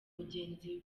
mugenzi